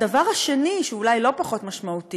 הדבר השני, שהוא אולי לא פחות משמעותי,